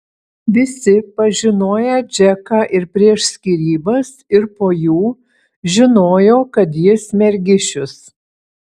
visi pažinoję džeką ir prieš skyrybas ir po jų žinojo kad jis mergišius